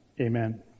Amen